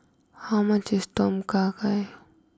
how much is Tom Kha Gai